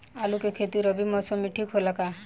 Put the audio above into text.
आलू के खेती रबी मौसम में ठीक होला का?